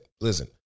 listen